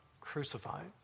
crucified